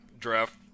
draft